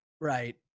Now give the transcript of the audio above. Right